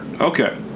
Okay